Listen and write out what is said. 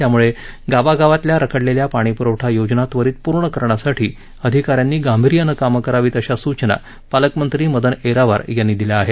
त्यामुळे गावागावातल्या रखडलेल्या पाणी प्रवठा योजना त्वरीत पूर्ण करण्यासाठी अधिका यांनी गांभिर्यानं कामं करावीत अशा सूचना पालकमंत्री मदन येरावार यांनी दिल्या आहेत